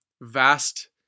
vast